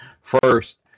First